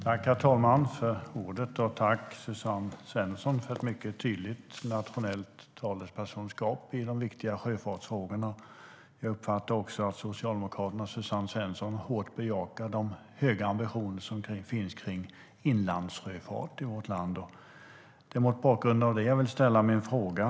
Herr talman! Jag tackar Suzanne Svensson för att hon är en mycket tydlig talesperson i de viktiga sjöfartsfrågorna. Jag uppfattar också att Socialdemokraterna och Suzanne Svensson hårt bejakar de höga ambitioner som finns kring inlandssjöfart i vårt land. Det är mot bakgrund av det som jag vill ställa min fråga.